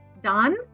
done